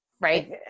right